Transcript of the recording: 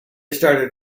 started